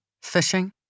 fishing